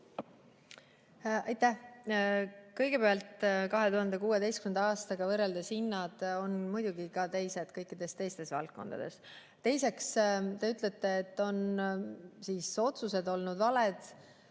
Aitäh! Kõigepealt, 2016. aastaga võrreldes on hinnad teised muidugi ka kõikides teistes valdkondades. Teiseks, te ütlete, et otsused on olnud valed.